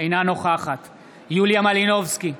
אינה נוכחת יוליה מלינובסקי,